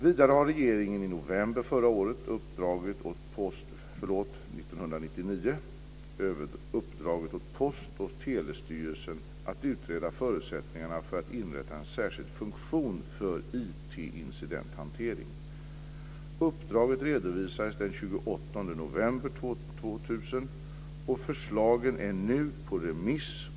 Vidare har regeringen i november 1999 uppdragit åt Post och telestyrelsen att utreda förutsättningarna för att inrätta en särskild funktion för IT november 2000 och förslagen är nu på remiss.